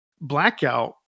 Blackout